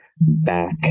back